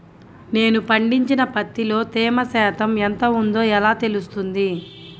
నేను పండించిన పత్తిలో తేమ శాతం ఎంత ఉందో ఎలా తెలుస్తుంది?